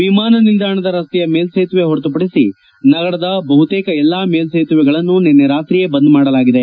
ವಿಮಾನ ನಿಲ್ದಾಣದ ರಸ್ತೆಯ ಮೇಲ್ಲೇತುವೆ ಹೊರತುಪಡಿಸಿ ನಗರದ ಬಹುತೇಕ ಎಲ್ಲಾ ಮೇಲ್ಲೇತುವೆಗಳನ್ನು ನಿನ್ನೆ ರಾತ್ರಿಯೇ ಬಂದ್ ಮಾಡಲಾಗಿದೆ